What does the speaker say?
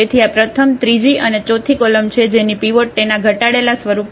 તેથી આ પ્રથમ ત્રીજી અને ચોથી કોલમ છે જેની પીવોટ તેના ઘટાડેલા સ્વરૂપમાં છે